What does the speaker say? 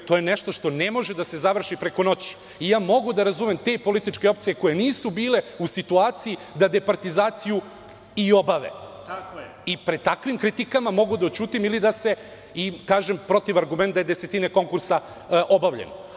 To je nešto što ne može da se završi preko noći i ja mogu da razumem te političke opcije koje nisu bile u situaciji da departizaciju i obave i pred takvim kritikama mogu da ućutim i da kažem protivargument da je desetine konkursa objavljeno.